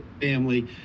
family